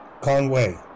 Conway